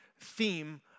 theme